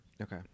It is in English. Okay